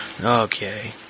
Okay